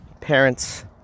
parents